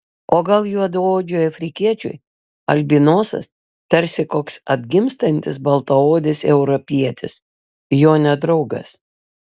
o gal juodaodžiui afrikiečiui albinosas tarsi koks atgimstantis baltaodis europietis jo nedraugas